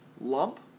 lump